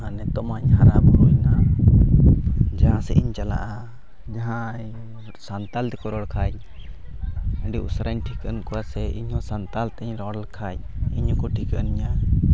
ᱟᱨ ᱱᱤᱛᱚᱜᱢᱟᱧ ᱦᱟᱨᱟ ᱵᱩᱨᱩᱭᱱᱟ ᱡᱟᱦᱟᱸ ᱥᱮᱜ ᱤᱧ ᱪᱟᱞᱟᱜᱼᱟ ᱡᱟᱦᱟᱸᱭ ᱥᱟᱱᱛᱟᱲᱤ ᱛᱮᱠᱚ ᱨᱚᱲ ᱠᱷᱟᱡ ᱟᱹᱰᱤ ᱩᱥᱟᱹᱨᱟᱧ ᱴᱷᱤᱠᱟᱹᱱ ᱠᱚᱣᱟ ᱥᱮ ᱤᱧ ᱦᱚᱸ ᱥᱟᱱᱛᱟᱲ ᱛᱮᱧ ᱨᱚᱲ ᱞᱮᱠᱷᱟᱡ ᱤᱧ ᱦᱚᱸ ᱠᱚ ᱴᱷᱤᱠᱟᱹᱱᱧᱟ